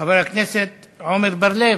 חבר הכנסת עמר בר-לב,